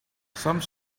some